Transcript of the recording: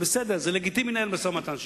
זה בסדר, זה לגיטימי לנהל משא-ומתן לשחרור,